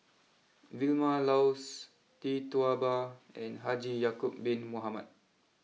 Vilma Laus Tee Tua Ba and Haji Ya Acob Bin Mohamed